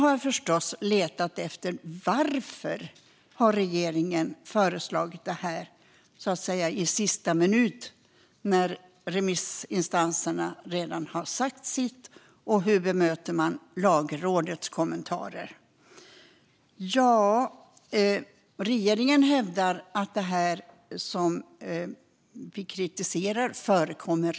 Jag har förstås letat efter varför regeringen har föreslagit detta i sista minuten efter att remissinstanserna redan har sagt sitt och hur regeringen bemöter Lagrådets kommentarer. Regeringen hävdar att det vi kritiserar redan förekommer.